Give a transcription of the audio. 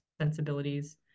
sensibilities